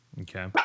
Okay